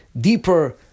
deeper